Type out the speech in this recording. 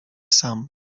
sam